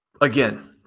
again